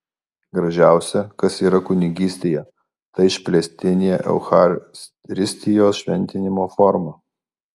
gražiausia kas yra kunigystėje ta išplėstinė eucharistijos šventimo forma